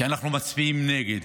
כי אנחנו מצביעים נגד.